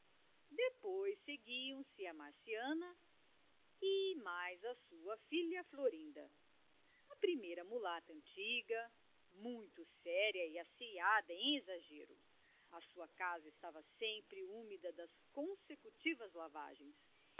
depois seguiam-se a marciana e mais a sua filha florinda a primeira mulata antiga muito seria e asseada em exagero a sua casa estava sempre úmida das consecutivas lavagens